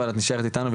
אבל את נשארת אתנו,